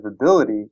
ability